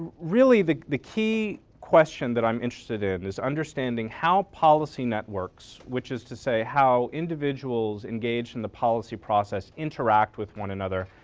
really, the the key question that i'm interested in is understanding how policy networks, which is to say how individuals engaged in the policy process interact with one another.